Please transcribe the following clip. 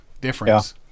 difference